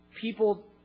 people